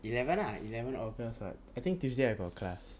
eleven ah eleven august [what] I think tuesday I got class